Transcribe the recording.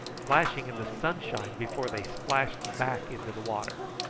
flashing in the sunshine before they splashed back into the water.